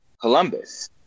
Columbus